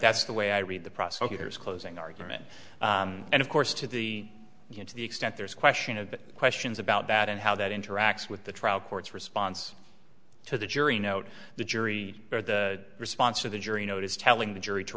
that's the way i read the prosecutor's closing argument and of course to the to the extent there's question of questions about that and how that interacts with the trial court's response to the jury note the jury or the response of the jury notice telling the jury to